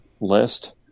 list